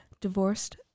divorced